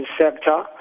sector